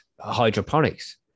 hydroponics